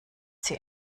sie